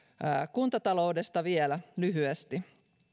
kuntataloudesta vielä lyhyesti